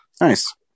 nice